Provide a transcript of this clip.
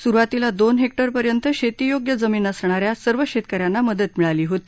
सुरुवातीला दोन हेक उपर्यंत शेतीयोग्य जमीन असणाऱ्या सर्व शेतकऱ्यांना मदत मिळाली होती